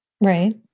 Right